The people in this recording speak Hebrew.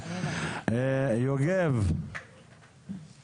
שהאזרחים יקבלו את הדרכונים.